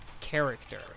character